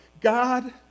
God